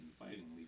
invitingly